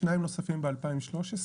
שניים נוספים ב-2013.